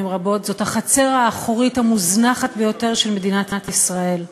רבות: זאת החצר האחורית המוזנחת ביותר של מדינת ישראל.